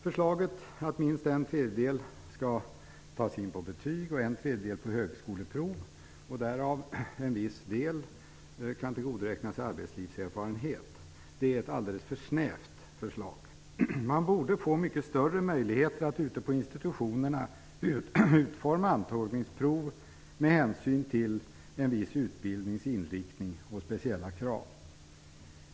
Förslaget att minst en tredjedel skall tas in på betyg och en tredjedel på högskoleprov, där en viss del kan tillgodoräkna sig arbetslivserfarenhet, är alldeles för snävt. Man borde får mycket större möjligheter att ute på institutionerna utforma antagningsprov med hänsyn till en viss utbildnings inriktning och speciella krav.